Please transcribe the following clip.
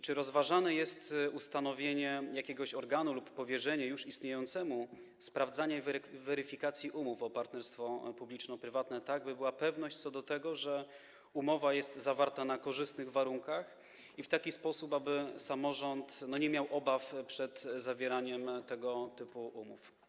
Czy rozważane jest ustanowienie jakiegoś organu - lub powierzenie tego już istniejącemu - w zakresie sprawdzania i weryfikacji umów partnerstwa publiczno-prywatnego, tak aby była pewność co do tego, że umowa jest zawarta na korzystnych warunkach i w taki sposób, aby samorząd nie miał obaw przed zawieraniem tego typu umów?